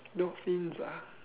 dolphins ah